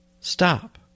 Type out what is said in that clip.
stop